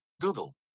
Google